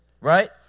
right